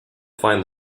find